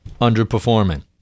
underperforming